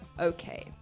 okay